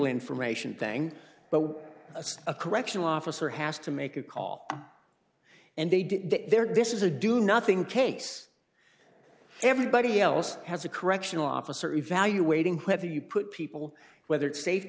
information thing but it's a correctional officer has to make a call and they did their dishes a do nothing case everybody else has a correctional officer evaluating whether you put people whether it's safe to